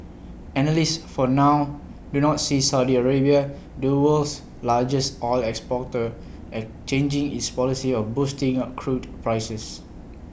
analysts for now do not see Saudi Arabia the world's largest oil exporter at changing its policy of boosting A crude prices